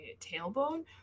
tailbone